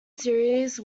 series